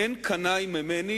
אין קנאי ממני